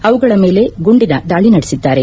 ಅವುಗಳ ಮೇಲೆ ಗುಂಡಿನ ದಾಳಿ ನಡೆಸಿದ್ದಾರೆ